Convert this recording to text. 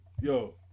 Yo